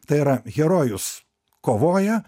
tai yra herojus kovoja